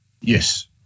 Yes